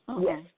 Yes